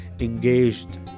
Engaged